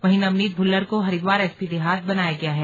वहीं नवनीत भुल्लर को हरिद्वार एसपी देहात बनाया गया है